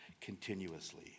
continuously